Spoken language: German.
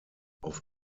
auf